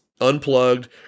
unplugged